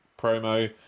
promo